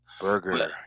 burger